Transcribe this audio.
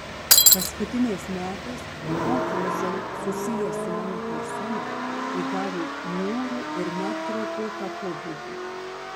paskutiniais metais konfūzai susiję su mano persona įgavo niūrų ir net kraupoką pobūdį